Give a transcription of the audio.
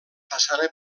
façana